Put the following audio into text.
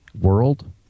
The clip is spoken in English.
world